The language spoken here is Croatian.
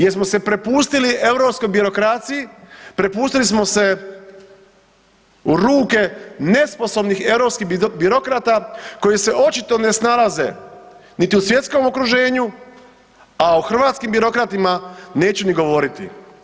Jer smo se prepustili europskoj birokraciji, prepustili smo se u ruke nesposobnih europskih birokrata koji se očit ne snalaze niti u svjetskom okruženju a o hrvatskim birokratima neću ni govoriti.